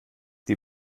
die